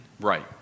Right